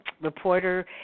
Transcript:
reporter